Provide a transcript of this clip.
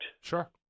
Sure